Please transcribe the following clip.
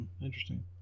interesting